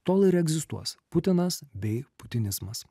tol ir egzistuos putinas bei putinizmas